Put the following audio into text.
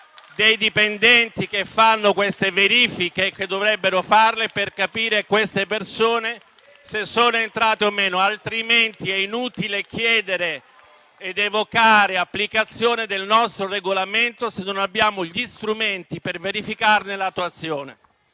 dei dipendenti che hanno gli strumenti per farla - per capire se quelle persone sono entrate o no, altrimenti è inutile chiedere ed evocare l'applicazione del nostro Regolamento, se non abbiamo gli strumenti per verificarne l'attuazione.